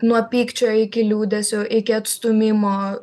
nuo pykčio iki liūdesio iki atstūmimo